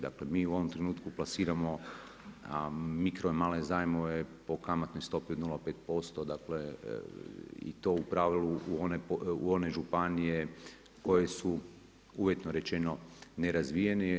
Dakle mi u ovom trenutku plasiramo mikro i male zajmove po kamatnoj stopi od 0,5%, dakle i to u pravilu u one županije koje su uvjetno rečeno nerazvijenije.